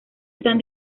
están